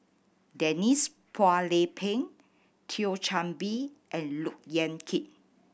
Denise Phua Lay Peng Thio Chan Bee and Look Yan Kit